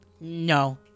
No